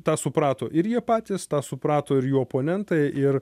tą suprato ir jie patys tą suprato ir jų oponentai ir